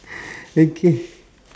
okay